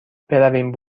برویم